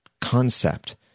concept